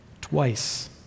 twice